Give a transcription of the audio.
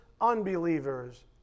unbelievers